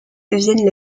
deviennent